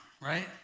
right